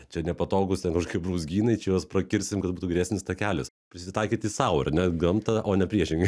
čia nepatogūs ten kažkokie brūzgynai čia juos prakirsim kad būtų geresnis takelis prisitaikyti sau ar ne gamtą o ne priešingai